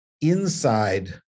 Inside